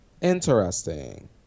Interesting